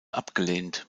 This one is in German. abgelehnt